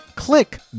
Click